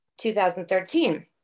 2013